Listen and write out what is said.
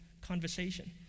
conversation